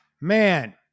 Man